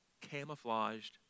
camouflaged